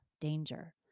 danger